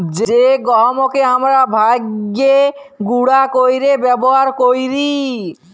জ্যে গহমকে আমরা ভাইঙ্গে গুঁড়া কইরে ব্যাবহার কৈরি